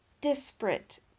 disparate